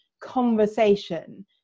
conversation